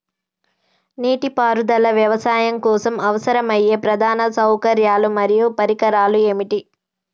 నీటిపారుదల వ్యవసాయం కోసం అవసరమయ్యే ప్రధాన సౌకర్యాలు మరియు పరికరాలు ఏమిటి?